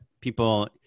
people